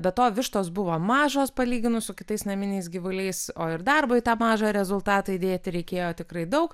be to vištos buvo mažos palyginus su kitais naminiais gyvuliais o ir darbo į tą mažą rezultatą įdėti reikėjo tikrai daug